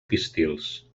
pistils